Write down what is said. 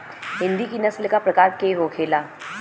हिंदी की नस्ल का प्रकार के होखे ला?